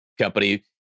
company